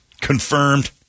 confirmed